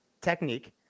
technique